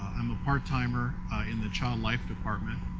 i'm a part timer in the child life department.